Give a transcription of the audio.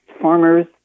farmers